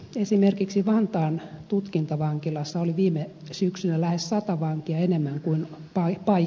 esimerkiksi vantaan tutkintavankilassa oli viime syksynä lähes sata vankia enemmän kuin paikkoja